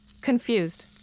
Confused